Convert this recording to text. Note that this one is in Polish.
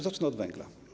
Zacznę od węgla.